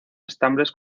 estambres